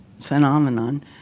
phenomenon